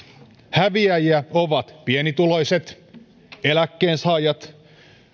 häviäjiä ovat pienituloiset eläkkeensaajat